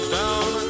down